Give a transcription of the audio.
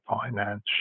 finance